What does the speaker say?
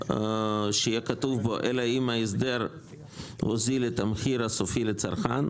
שיהיה כתוב בו: אלא אם ההסדר הוזיל את המחיר הסופי לצרכן.